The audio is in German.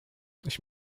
ich